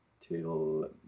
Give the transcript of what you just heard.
till